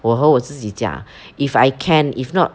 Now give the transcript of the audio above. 我和我自己讲 if I can if not